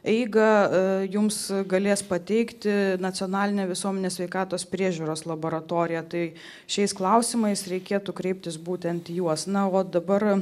eigą jums galės pateikti nacionalinė visuomenės sveikatos priežiūros laboratorija tai šiais klausimais reikėtų kreiptis būtent į juos na o dabar